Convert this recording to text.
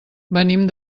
venim